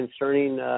concerning